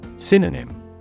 Synonym